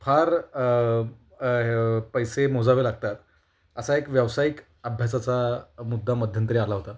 फार पैसे मोजावे लागतात असा एक व्यावसायिक अभ्यासाचा मुद्दा मध्यंतरी आला होता